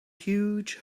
huge